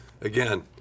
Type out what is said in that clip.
again